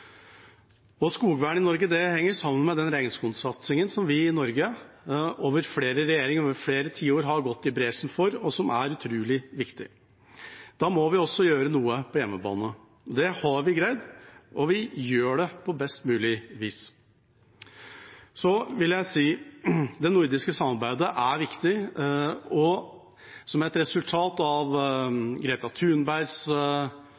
Skogvern i Norge henger sammen med regnskogsatsingen vi i Norge over flere regjeringer og flere tiår har gått i bresjen for, og som er utrolig viktig. Da må vi også gjøre noe på hjemmebane. Det har vi greid, og vi gjør det på best mulig vis. Så vil jeg si at det nordiske samarbeidet er viktig. Som et resultat av